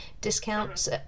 discounts